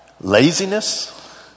laziness